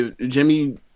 Jimmy